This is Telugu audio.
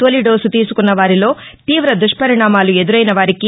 తౌలి డోసు తీసుకున్న వారిలో తీవ దుష్పరిణామాలు ఎదురైన వారికి